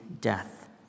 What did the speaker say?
death